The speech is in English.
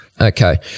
Okay